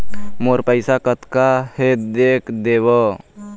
मोर पैसा कतका हे देख देव?